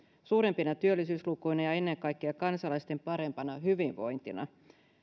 suurempina työllisyyslukuina ja ennen kaikkea kansalaisten parempana hyvinvointina